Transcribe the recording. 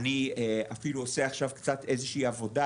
אני אפילו עושה עכשיו קצת איזושהי עבודה.